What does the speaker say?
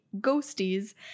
ghosties